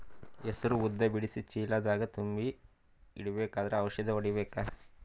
ಹೆಸರು ಉದ್ದ ಬಿಡಿಸಿ ಚೀಲ ದಾಗ್ ತುಂಬಿ ಇಡ್ಬೇಕಾದ್ರ ಔಷದ ಹೊಡಿಬೇಕ?